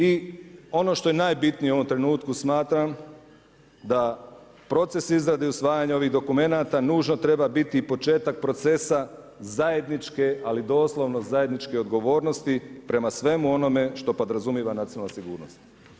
I ono što je najbitnije u ovom trenutku smatram da proces izrade i usvajanja ovih dokumenata nužno treba biti i početak procesa zajedničke, ali doslovno zajedničke odgovornosti prema svemu onome što podrazumijeva nacionalna sigurnost.